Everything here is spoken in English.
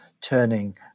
turning